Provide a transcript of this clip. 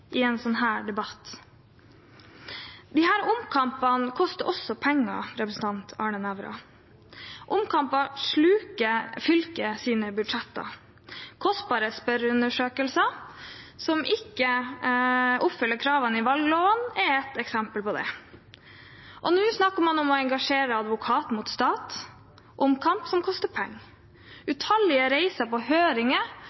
i en slik debatt? Disse omkampene koster også penger, representant Arne Nævra. Omkamper sluker fylkets budsjetter. Kostbare spørreundersøkelser som ikke oppfyller kravene i valgloven, er ett eksempel på det. Nå snakker man om å engasjere advokat mot staten, også en omkamp som koster penger.